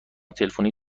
تلفنی